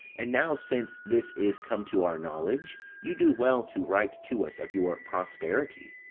and now since this is come to our knowledge, you do well to write to us of your prosperity.